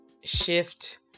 shift